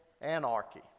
anarchy